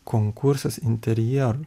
konkursas interjerų